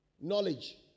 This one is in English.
Knowledge